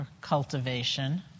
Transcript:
cultivation